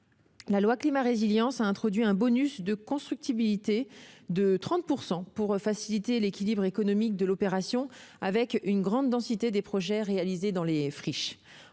La loi Climat et résilience a introduit un bonus de constructibilité de 30 %, pour faciliter l'équilibre économique de l'opération, avec une plus grande densité des projets réalisés dans les friches.